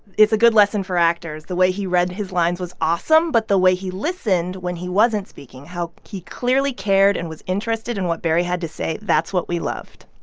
it's a good lesson for actors. the way he read his lines was awesome. but the way he listened when he wasn't speaking, how he clearly cared and was interested in what barry had to say, that's what we loved.